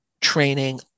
training